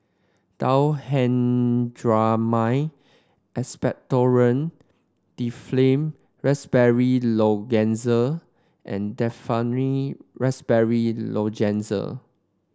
Diphenhydramine Expectorant Difflam Raspberry Lozenges and Difflam Raspberry Lozenges